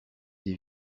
des